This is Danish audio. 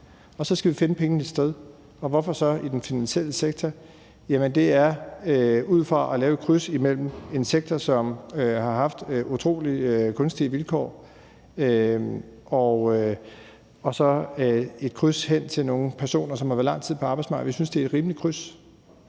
ud. Vi skal så finde pengene et sted, og hvorfor så i den finansielle sektor? Jamen det er ud fra at lave et kryds imellem en sektor, som har haft utrolig kunstige vilkår, og nogle personer, som har været lang tid på arbejdsmarkedet. Jeg synes, det er et rimeligt kryds.